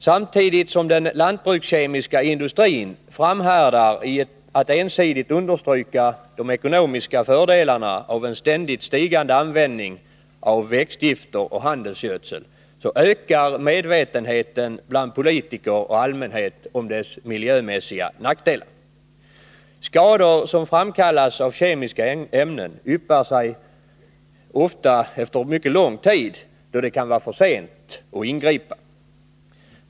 Samtidigt som den lantbrukskemiska industrin framhärdar i att ensidigt understryka de ekonomiska fördelarna av en ständigt stigande användning av växtgifter och handelsgödsel, ökar medvetenheten bland politiker och allmänhet om dess miljömässiga nackdelar. Skador som framkallas av kemiska ämnen yppar sig inte sällan först efter lång tid, då det kan vara för sent att ingripa.